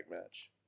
match